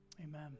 amen